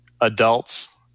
adults